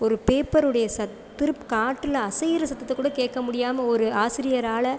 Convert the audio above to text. ஒரு பேப்பருடைய காற்றில் அசைகிற சத்தத்தைக்கூட கேட்க முடியாமல் ஒரு ஆசிரியரால்